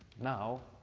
now,